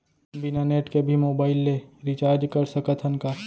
बिना नेट के भी मोबाइल ले रिचार्ज कर सकत हन का?